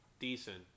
decent